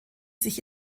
sich